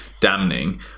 damning